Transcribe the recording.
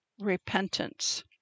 repentance